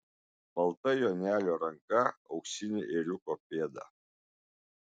balta jonelio ranka auksinė ėriuko pėda